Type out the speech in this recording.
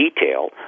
detail